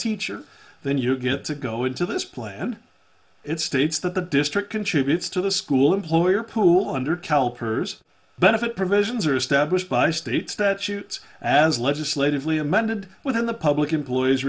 teacher then you get to go into this play and it's states that the district contributes to the school employer pool under calipers benefit provisions are established by state statutes as legislatively amended within the public employees